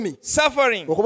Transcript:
suffering